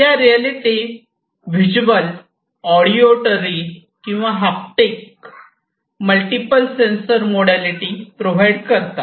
या reality visual auditory किंवा haptic multiple sensors modality provide करतात